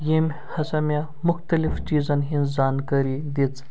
ییٚمۍ ہسا مےٚ مُختٔلِف چیٖزَن ہٕنز زانکٲری دِژ